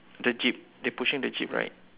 the jeep they pushing the jeep right